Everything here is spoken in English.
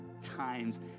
times